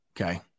Okay